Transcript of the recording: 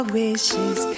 wishes